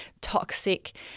toxic